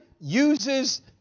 uses